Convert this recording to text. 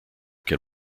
can